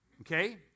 okay